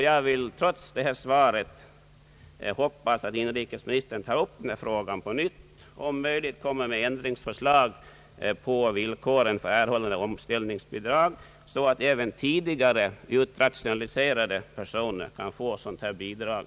Jag vill trots detta svar hoppas att inrikesministern tar upp denna fråga på nytt och om möjligt kommer med ändringsförslag i fråga om villkoren för erhållande av omställningsbidrag, så att även tidigare utrationaliserade personer kan få sådant här bidrag.